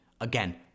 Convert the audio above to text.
Again